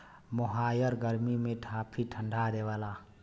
मोहायर गरमी में काफी ठंडा देवला